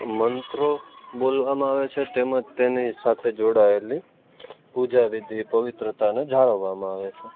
મંત્રો બોલવામાં આવે છે તેમજ તેની સાથે જોડાયેલી પૂજાવિધિ પવિત્રતાને જાળવવામાં આવે છે